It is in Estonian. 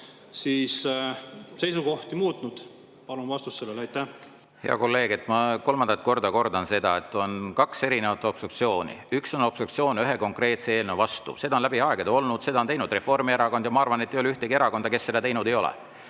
oma seisukohti muutnud? Palun vastust. Hea kolleeg, ma kolmandat korda kordan, et on kaks erinevat obstruktsiooni. Üks on obstruktsioon ühe konkreetse eelnõu vastu, seda on läbi aegade olnud, seda on teinud Reformierakond ja ma arvan, et ei ole ühtegi erakonda, kes seda teinud ei ole.